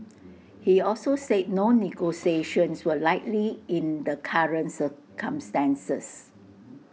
he also said no negotiations were likely in the current circumstances